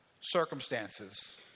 circumstances